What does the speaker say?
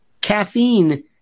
caffeine